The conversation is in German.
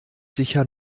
sicher